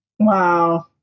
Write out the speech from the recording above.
Wow